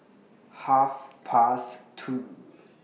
Half Past two